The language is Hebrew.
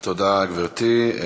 תודה, גברתי.